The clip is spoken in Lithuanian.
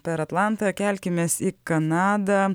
per atlantą kelkimės į kanadą